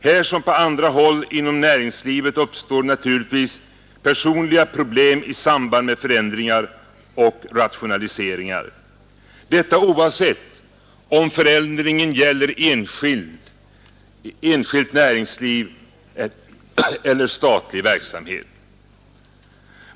Där som på många andra håll i näringslivet uppstår naturligtvis personliga problem i samband med förändringar och rationaliseringar, detta oavsett om förändringen gäller enskilt näringsliv eller statlig verksamhet.